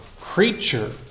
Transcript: creature